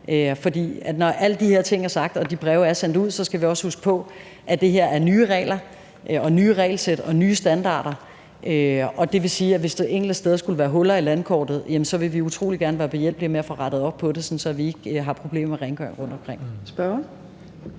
når alle de her ting er sagt og de breve er sendt ud, skal vi også huske på, at det her er nye regler og nye regelsæt og nye standarder. Så hvis der enkelte steder skulle være huller i landkortet, vil vi utrolig gerne være behjælpelige med at få rettet op på det, sådan at vi ikke har problemer med rengøring rundtomkring.